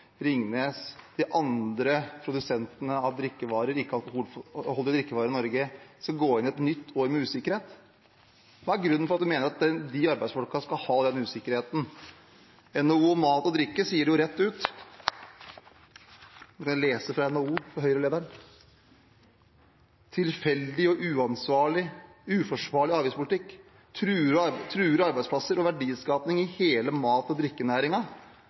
de andre produsentene av ikke-alkoholholdige drikkevarer i Norge, skal gå inn i et nytt år med usikkerhet? Hva er grunnen til at hun mener at disse arbeidsfolkene skal ha den usikkerheten? NHO Mat og Drikke sier det jo rett ut – jeg skal lese fra NHO for Høyre-lederen: «Tilfeldig og uforsvarlig avgiftspolitikk», og «truer arbeidsplasser og verdiskaping i hele mat- og